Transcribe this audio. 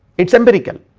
it is empirical.